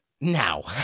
Now